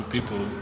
People